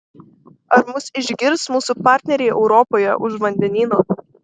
ar mus išgirs mūsų partneriai europoje už vandenyno